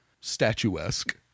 statuesque